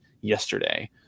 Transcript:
yesterday